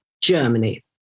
Germany